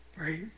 right